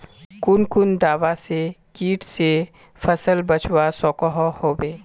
कुन कुन दवा से किट से फसल बचवा सकोहो होबे?